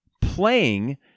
playing